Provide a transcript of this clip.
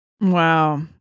Wow